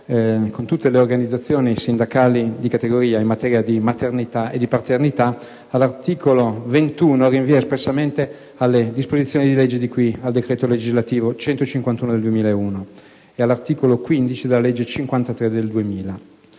con tutte le organizzazioni sindacali di categoria - in materia di maternità e di paternità, all'articolo 21, rinvia espressamente alle disposizioni di legge di cui al decreto legislativo n. 151 del 2001 e all'articolo 15 della legge n. 53 del 2000.